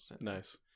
Nice